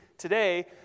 Today